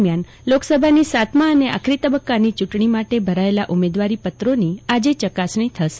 દરમિયાન લોકસભાની સાતમા અને આખરી તબક્કાની ચૂંટણી માટે ભરાયેલા ઉમેદવારીપત્રોની આજે ચકાસણી થશે